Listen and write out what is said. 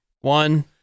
One